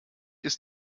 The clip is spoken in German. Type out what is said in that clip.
ist